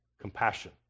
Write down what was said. compassion